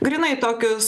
grynai tokius